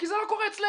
כי זה לא קורה אצלנו,